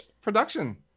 Production